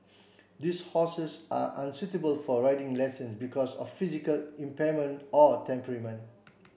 these horses are unsuitable for riding lessons because of physical impairment or temperament